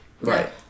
right